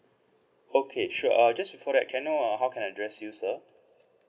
okay sure uh just before that can I know uh how can I address you sir